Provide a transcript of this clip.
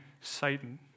Satan